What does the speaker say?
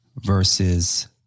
verses